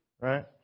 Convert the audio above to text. right